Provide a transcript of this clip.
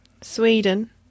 Sweden